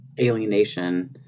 alienation